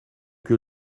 que